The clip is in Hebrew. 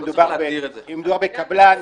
אם מדובר בקבלן